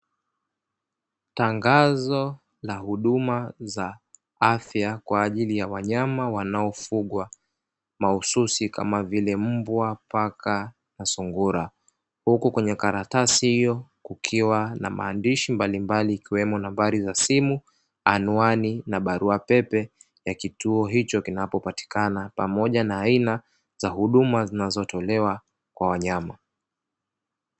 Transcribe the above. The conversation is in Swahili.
Tangazo la huduma za afya kwa ajili ya wanyama wanaofugwa mahususi kama vile: mbwa, paka na sungura. Huku kwenye karatasi hiyo kukiwa na maandishi mbalimbali ikiwemo nambari za simu, anuani na barua pepe ya kituo hicho kinapopatikana; pamoja na aina za huduma zinazotolewa kwa wanyama.